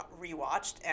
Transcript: rewatched